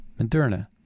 Moderna